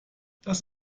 das